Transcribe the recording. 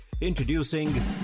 Introducing